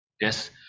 yes